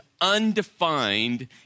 undefined